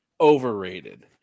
overrated